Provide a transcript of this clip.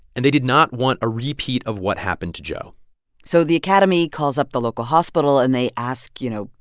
and they did not want a repeat of what happened to joe so the academy calls up the local hospital. and they ask, you know,